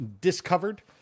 Discovered